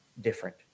different